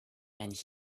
and